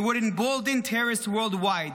It would embolden terrorists worldwide.